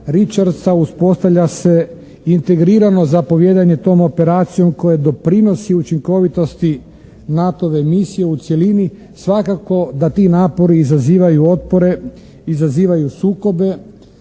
uspostavlja se integrirano zapovijedanje tom operacijom koje doprinosi učinkovitosti NATO-ove misije u cjelini, svakako da ti napori izazivaju otpore, izazivaju sukobe,